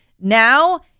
Now